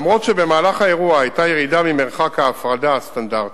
אף-על-פי שבמהלך האירוע היתה ירידה ממרחק ההפרדה הסטנדרטי,